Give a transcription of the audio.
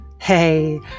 Hey